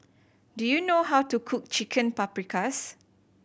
do you know how to cook Chicken Paprikas